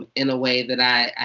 ah in a way that. i